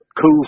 cool